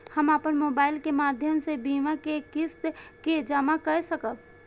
हम अपन मोबाइल के माध्यम से बीमा के किस्त के जमा कै सकब?